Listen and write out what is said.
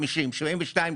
50' 72 שנה.